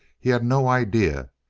he had no idea.